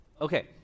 okay